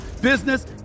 business